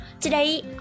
today